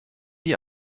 die